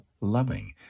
loving